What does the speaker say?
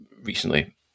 recently